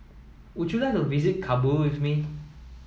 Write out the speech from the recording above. would you like to visit Kabul with me